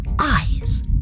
eyes